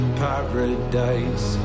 paradise